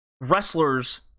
wrestlers